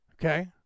okay